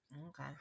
okay